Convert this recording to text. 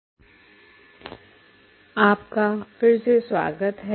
wave समीकरण का d'Alembert हल आपका फिर से स्वागत है